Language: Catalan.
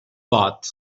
vot